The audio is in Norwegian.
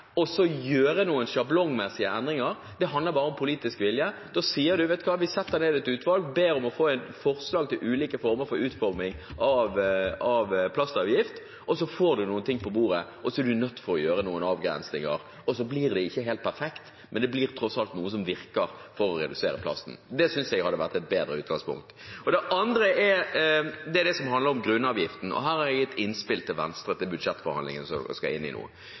noen sjablongmessige endringer, handler bare om politisk vilje. Man kan sette ned et utvalg, be om å få forslag til ulik utforming av en plastavgift og så få noe på bordet. Da er man nødt til å gjøre noen avgrensninger. Så blir det ikke helt perfekt, men det blir tross alt noe som virker for å redusere bruken av plast. Det synes jeg hadde vært et bedre utgangspunkt. Det andre er det som handler om grunnavgiften. Her har jeg et innspill til Venstre til budsjettforhandlingene som de skal inn i nå.